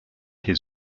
his